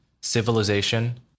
Civilization